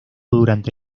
durante